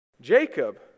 Jacob